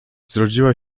zrodziła